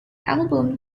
album